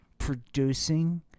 Producing